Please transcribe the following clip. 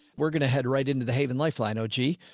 we're going to head right into the haven lifeline. oh, gee,